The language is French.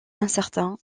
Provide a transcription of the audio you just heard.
incertain